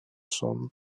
son